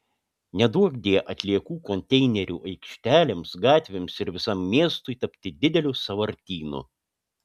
neduokdie atliekų konteinerių aikštelėms gatvėms ir visam miestui tapti dideliu sąvartynu